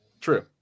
True